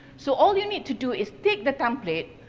so, all you need to do is take the template,